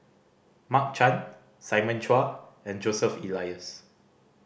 Mark Chan Simon Chua and Joseph Elias